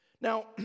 Now